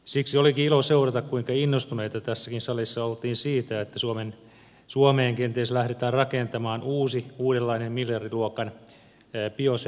siksi olikin ilo seurata kuinka innostuneita tässäkin salissa oltiin siitä että suomeen kenties lähdetään rakentamaan uusi uudenlainen miljardiluokan biosellutehdas